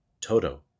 Toto